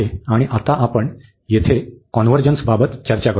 आणि आता आपण येथे कॉन्व्हर्जन्सबाबत चर्चा करू